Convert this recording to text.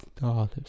dollars